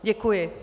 Děkuji.